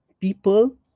people